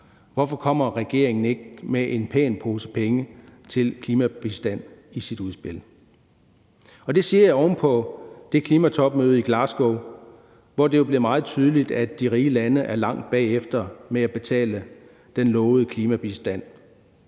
Hvorfor kommer regeringen ikke med en pæn pose penge til klimabistand i sit udspil? Det siger jeg oven på det klimatopmøde i Glasgow, hvor det jo blev meget tydeligt, at de rige lande er langt bagefter med at betale den lovede klimabistand.